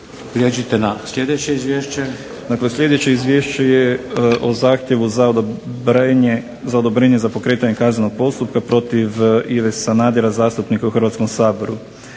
sljedeće izvješće je o zahtjevu za odobrenje za pokretanje kaznenog postupka protiv Ive Sanadera, zastupnika u Hrvatskom saboru.